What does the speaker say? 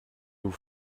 nous